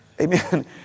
Amen